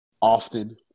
often